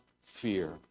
fear